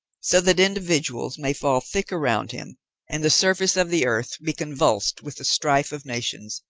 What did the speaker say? so that individuals may fall thick around him and the surface of the earth be convulsed with the strife of nations,